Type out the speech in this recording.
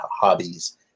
hobbies